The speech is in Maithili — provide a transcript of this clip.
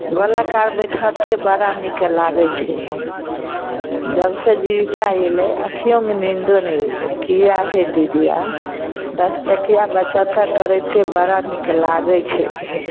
गलक आर बैठते बड़ा नीक लागै छै हे जब से जीबिका अयलै अँखियोंमे नींदो नहि अयलै किआ हे दीदियाँ दश टकीआँ बचत करिते बड़ा नीक लागैत छै हे